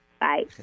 Bye